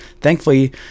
Thankfully